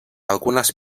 algunas